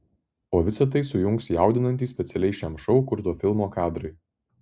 o visa tai sujungs jaudinantys specialiai šiam šou kurto filmo kadrai